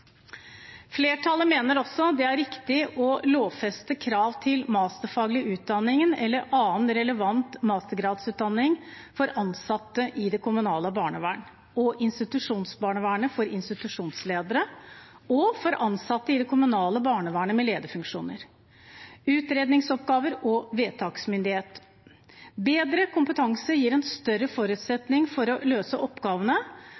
Flertallet mener også det er riktig å lovfeste krav til masterfaglig utdanning eller annen relevant mastergradsutdanning for institusjonsledere i institusjonsbarnevernet og for ansatte i det kommunale barnevernet med lederfunksjoner, utredningsoppgaver og vedtaksmyndighet. Bedre kompetanse gir en større forutsetning for å løse oppgavene,